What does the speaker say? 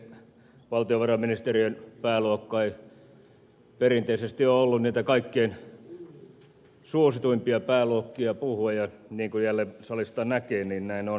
valtiovarainministeriön pääluokka ei perinteisesti ole ollut niitä kaikkein suosituimpia pääluokkia puhua ja niin kuin jälleen salista näkee näin on